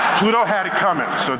pluto had it comin',